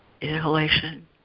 Inhalation